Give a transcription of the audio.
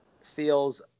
feels